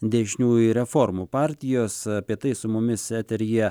dešiniųjų reformų partijos apie tai su mumis eteryje